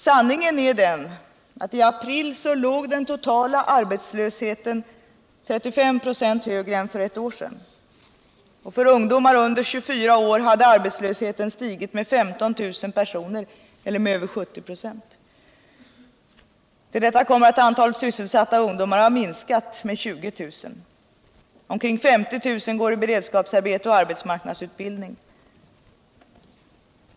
Sanningen är den att i april låg den totala arbetslösheten 35 2 högre än för ett år sedan Och för ungdomar under 24 år hade arbetslösheten stigit med 15 000 personer, eller med över 70 24. Till detta kommer att antalet sysselsatta ungdomar har minskat med 20 000. Omkring 50 000 går i beredskapsarbete och arbetsmark nadsutbildning.